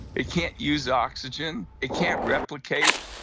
it can't use oxygen, it can't replicate.